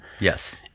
Yes